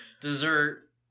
dessert